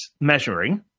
measuring